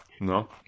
No